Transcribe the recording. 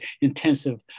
intensive